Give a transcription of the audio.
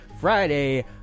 Friday